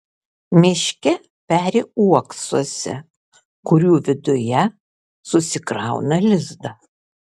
miške peri uoksuose kurių viduje susikrauna lizdą